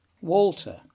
Walter